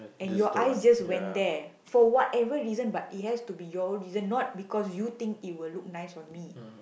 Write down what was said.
and your eyes just went there for whatever reason but it has to be your own reason not because you think it will look nice on me